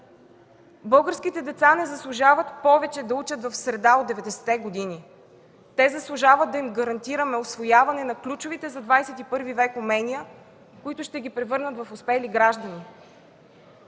Българските деца не заслужават повече да учат в среда от 90-те години. Те заслужават да им гарантираме усвояване на ключовите за ХХІ век умения, които ще ги превърнат в успели граждани.